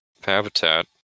habitat